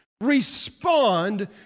Respond